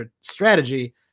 strategy